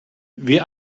wie